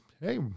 hey